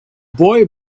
boy